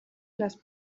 les